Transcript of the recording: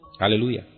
Hallelujah